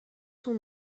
son